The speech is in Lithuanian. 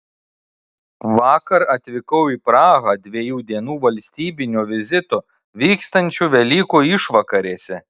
vakar atvykau į prahą dviejų dienų valstybinio vizito vykstančio velykų išvakarėse